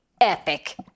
epic